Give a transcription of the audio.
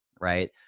right